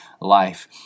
life